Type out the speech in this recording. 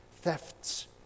thefts